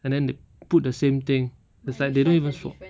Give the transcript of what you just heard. and then they put the same thing it's like they don't even swap